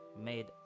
made